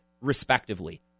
respectively